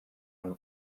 amb